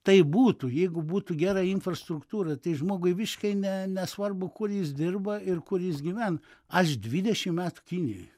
taip būtų jeigu būtų gera infrastruktūra tai žmogui visiškai ne nesvarbu kur jis dirba ir kur jis gyvena aš dvidešimt metų kinijoj